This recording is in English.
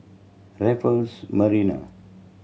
Raffles Marina